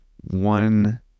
one